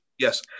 Yes